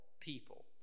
people